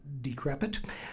decrepit